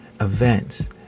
events